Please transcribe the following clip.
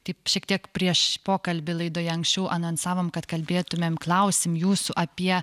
taip šiek tiek prieš pokalbį laidoje anksčiau anonsavom kad kalbėtumėm klausim jūsų apie